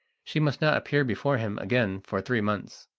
she must not appear before him again for three months.